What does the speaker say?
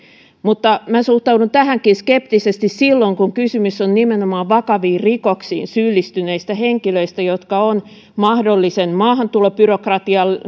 mutta suhtaudun tähänkin skeptisesti silloin kun kysymys on nimenomaan vakaviin rikoksiin syyllistyneistä henkilöistä jotka ovat mahdollisen maahantulobyrokratian